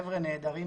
חבר'ה נהדרים,